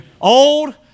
Old